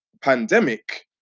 pandemic